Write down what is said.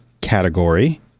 category